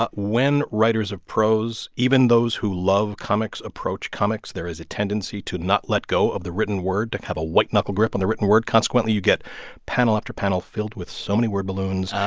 ah when writers of prose even those who love comics approach comics, there is a tendency to not let go of the written word, to have a white-knuckle grip on the written word. consequently, you get panel after panel filled with so many word balloons.